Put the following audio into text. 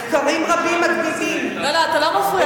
מחקרים רבים מדגימים באופן חד וברור,